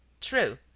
True